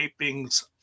tapings